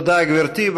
תודה, גברתי.